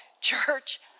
Church